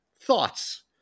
Thoughts